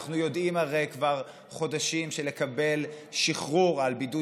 הרי אנחנו יודעים כבר חודשים שלקבל שחרור על בידוד